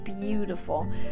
beautiful